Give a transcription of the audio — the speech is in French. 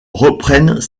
reprennent